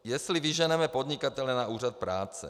Jestli vyženeme podnikatele na úřad práce.